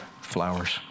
flowers